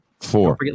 Four